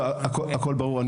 הכול ברור.